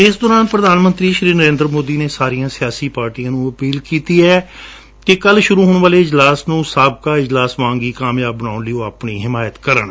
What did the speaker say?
ਇਸ ਦੌਰਾਨ ਪ੍ਰਧਾਨ ਮੰਤਰੀ ਸ੍ਰੀ ਨਰੇਂਦਰ ਮੋਦੀ ਨੇ ਸਾਰੀਆਂ ਸਿਆਸੀ ਪਾਰਟੀਆਂ ਨੂੰ ਅਪੀਲ ਕੀਤੀ ਹੈ ਕਿ ਕੱਲ ਸ਼ੁਰੁ ਹੋਣ ਵਾਲੇ ਇਜਲਾਸ ਨੰ ਸਾਬਕਾ ਇਜਲਾਸ ਵਾਂਗ ਵੀ ਕਾਮਯਾਬ ਬਣਾਉਣ ਲਈ ਉਹ ਆਪਣੀ ਹਿਮਾਇਤ ਕਰਣ